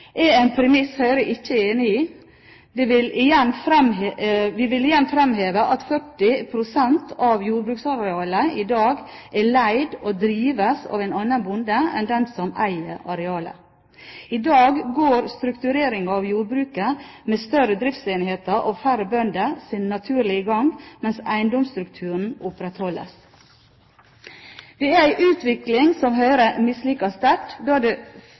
av en eiendom. Dette er en premiss Høyre ikke er enig i. Vi vil igjen framheve at 40 pst. av jordbruksarealet i dag er leid og drives av en annen bonde enn den som eier arealet. I dag går struktureringen av jordbruket med større driftsenheter og færre bønder sin naturlige gang, mens eiendomsstrukturen opprettholdes. Det er en utvikling som Høyre misliker sterkt,